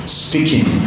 speaking